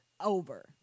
over